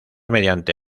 mediante